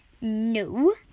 No